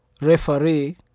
referee